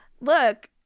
Look